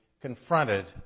confronted